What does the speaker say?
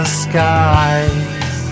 skies